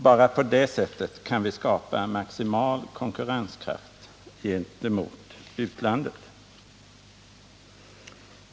Bara på det sättet kan vi skapa en maximal konkurrenskraft gentemot utlandet.